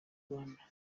rwanda